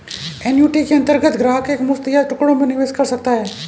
annuity के अंतर्गत ग्राहक एक मुश्त या टुकड़ों में निवेश कर सकता है